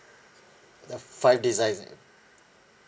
the five devices